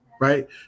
right